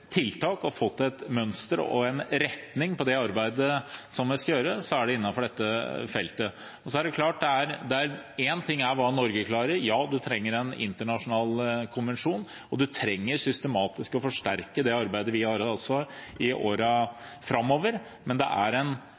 skal gjøre – særlig innenfor dette feltet. Så er det klart at én ting er hva Norge klarer – man trenger en internasjonal konvensjon, og man trenger systematisk å forsterke det arbeidet videre i årene framover. Men det er